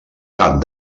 cap